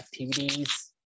activities